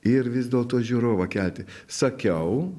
ir vis dėlto žiūrovą kelti sakiau